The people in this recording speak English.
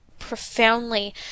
profoundly